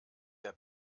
der